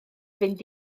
fynd